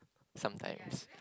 sometimes